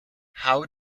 how